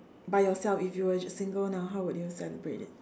by yourself if you were single now how would you celebrate it